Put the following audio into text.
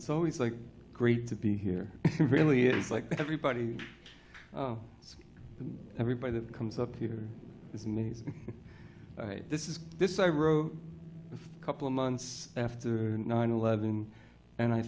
it's always like great to be here really it is like everybody and everybody that comes up here is nice this is this i wrote a couple of months after nine eleven and i